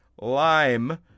lime